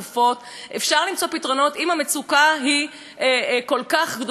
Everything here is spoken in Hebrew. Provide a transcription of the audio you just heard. אם המצוקה כל כך גדולה בקרב אחינו החרדים.